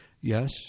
Yes